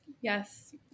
yes